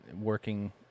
working